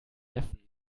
neffen